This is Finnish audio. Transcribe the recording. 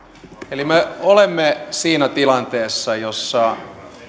me olemme siinä tilanteessa jossa